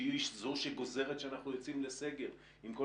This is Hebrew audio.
שהיא זו שגוזרת שאנחנו יוצאים לסגר עם כל